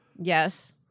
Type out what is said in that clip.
Yes